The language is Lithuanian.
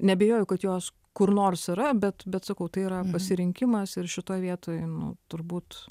neabejoju kad jos kur nors yra bet bet sakau tai yra pasirinkimas ir šitoj vietoj nu turbūt